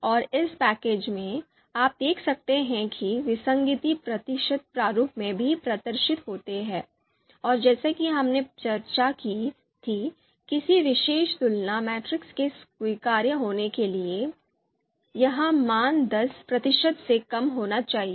और इस पैकेज में आप देख सकते हैं कि विसंगति प्रतिशत प्रारूप में भी प्रदर्शित होती है और जैसा कि हमने पहले चर्चा की थी किसी विशेष तुलना मैट्रिक्स के स्वीकार्य होने के लिए यह मान दस प्रतिशत से कम होना चाहिए